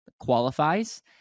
qualifies